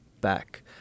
back